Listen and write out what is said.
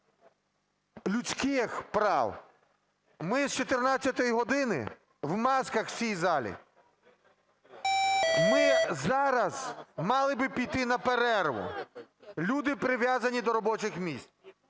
людських прав. Ми з 14 години в масках у цій залі, ми зараз мали би піти на перерву. Люди прив'язані до робочих місць.